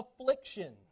Affliction